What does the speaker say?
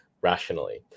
rationally